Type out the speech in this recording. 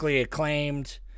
acclaimed